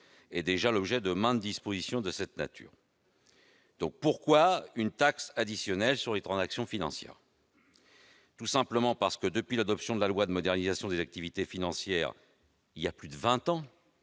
fait déjà l'objet de maintes dispositions de cette nature. Pourquoi une taxe additionnelle sur les transactions financières ? Tout simplement parce que, depuis l'adoption de la loi de modernisation des activités financières il y a plus de vingt ans,